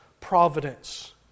providence